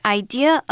idea